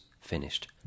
finished